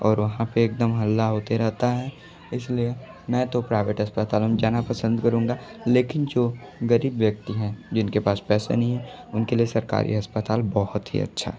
और वहाँ पर एक दम हल्ला होते रहता है इस लिए मैं तो प्राइवेट अस्पतालो में जाना पसंद करूँगा लेकिन जो ग़रीब व्यक्ति हैं जिनके पास पैसे नहीं है उन के लिए सरकारी अस्पताल बहुत ही अच्छा है